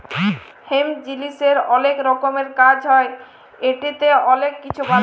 hemp জিলিসের অলেক রকমের কাজ হ্যয় ইটতে অলেক কিছু বালাই